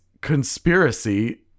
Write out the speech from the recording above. conspiracy